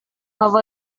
how